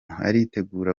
aritegura